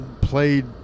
played